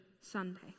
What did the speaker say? Sunday